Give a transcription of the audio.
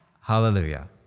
Hallelujah